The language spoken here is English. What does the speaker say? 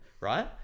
Right